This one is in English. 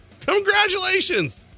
Congratulations